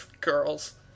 Girls